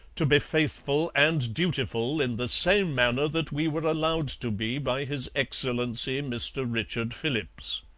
to be faithful and dutiful in the same manner that we were allowed to be by his excellency mr richard philipps.